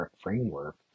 framework